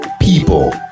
people